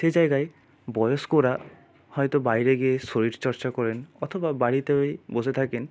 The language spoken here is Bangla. সে জায়গায় বয়স্করা হয়তো বাইরে গিয়ে শরীরচর্চা করেন অথবা বাড়িতেই বসে থাকেন